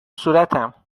صورتم